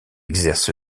exerce